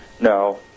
No